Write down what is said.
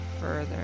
further